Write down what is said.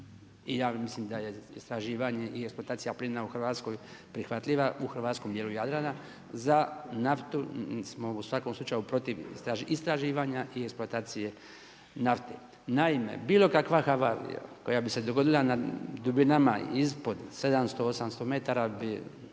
I ja mislim da je istraživanje i eksploatacija plina u Hrvatskoj prihvatljiva u hrvatskom dijelu Jadrana. Za naftu smo u svakom slučaju protiv istraživanja i eksploatacije nafte. Naime, bilo kakva havarija koja bi se dogodila na dubinama ispod 700, 800 metara bi